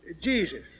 Jesus